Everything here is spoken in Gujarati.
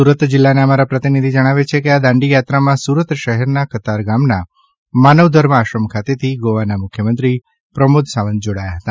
સુરત જિલ્લાના અમારા પ્રતિનિધિ જણાવે છે કે આ દાંડીયાત્રામાં સુરત શહેરના કતારગામના માનવધર્મ આશ્રમ ખાતેથી ગોવાના મુખ્યમંત્રી પ્રમોદ સાવંત જોડાયા હતા